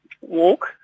walk